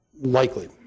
likely